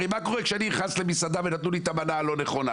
הרי מה קורה כשאני נכנס למסעדה ונתנו לי את המנה הלא-נכונה?